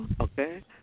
Okay